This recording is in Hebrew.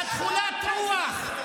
תומך טרור.